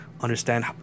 understand